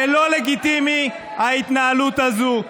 זה לא לגיטימי, ההתנהלות הזו.